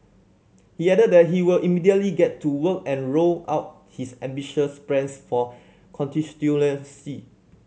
he added that he will immediately get to work and roll out his ambitious plans for constituency